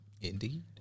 Indeed